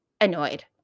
annoyed